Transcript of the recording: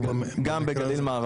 מה קורה עכשיו?